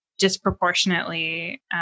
disproportionately